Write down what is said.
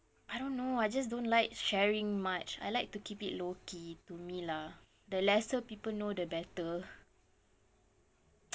I don't know I just don't like sharing much I like to keep it low key to me lah the lesser people know the better